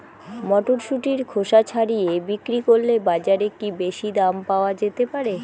মটরশুটির খোসা ছাড়িয়ে বিক্রি করলে বাজারে কী বেশী দাম পাওয়া যেতে পারে?